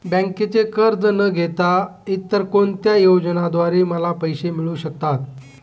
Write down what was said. बँकेचे कर्ज न घेता इतर कोणत्या योजनांद्वारे मला पैसे मिळू शकतात?